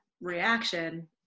reaction